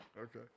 Okay